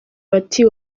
bati